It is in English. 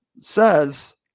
says